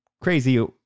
crazy